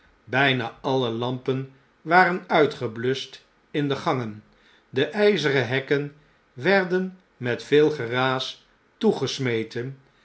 bijna alle lampen waren uitgebluscht in de gangen de ijzeren hekken werden met veel geraas toegesmeten